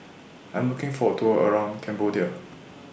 I'm looking For A Tour around Cambodia